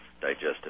digestive